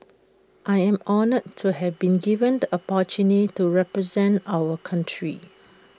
I am honoured to have been given the opportunity to represent our country